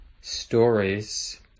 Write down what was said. stories